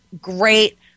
great